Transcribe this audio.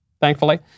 thankfully